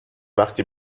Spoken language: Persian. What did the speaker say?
وقتی